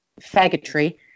faggotry